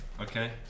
okay